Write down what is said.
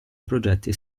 progetti